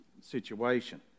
situation